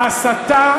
ההסתה,